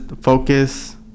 focus